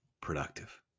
productive